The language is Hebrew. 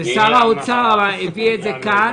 שר האוצר הביא את זה לכאן.